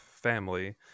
Family